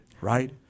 right